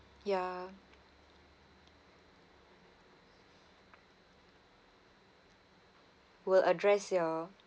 ya will address your